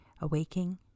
awakening